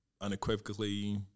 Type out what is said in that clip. Unequivocally